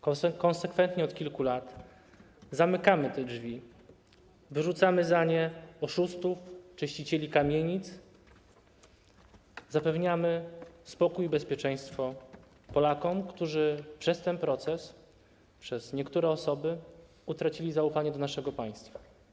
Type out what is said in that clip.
Konsekwentnie od kilku lat zamykamy te drzwi, wyrzucamy za nie oszustów, czyścicieli kamienic, zapewniamy spokój i bezpieczeństwo Polakom, którzy przez ten proces i niektóre osoby utracili zaufanie do naszego państwa.